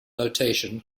notation